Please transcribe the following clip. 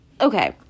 okay